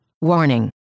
Warning